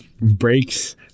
breaks